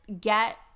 get